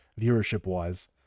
viewership-wise